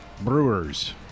Brewers